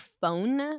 phone